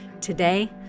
Today